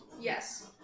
Yes